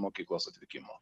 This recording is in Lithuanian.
mokyklos atvykimo